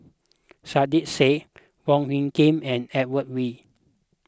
Saiedah Said Wong Hung Khim and Edmund Wee